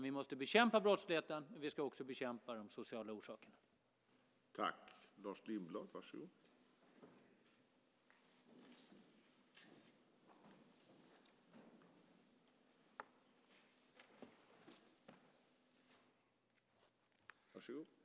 Vi måste bekämpa brottsligheten, men vi ska också bekämpa de sociala orsakerna till den.